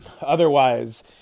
Otherwise